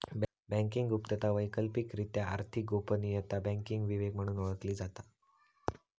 banking गुप्तता, वैकल्पिकरित्या आर्थिक गोपनीयता, बँकिंग विवेक म्हणून ओळखली जाता